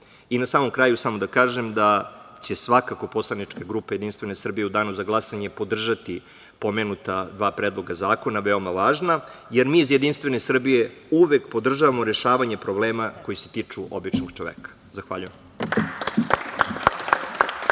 samom kraju samo da kažem da će svakako poslanička grupa JS u danu za glasanje podržati pomenuta dva predloga zakona veoma važna, jer mi iz JS uvek podržavamo rešavanje problema koji se tiču običnog čoveka. Zahvaljujem.